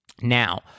Now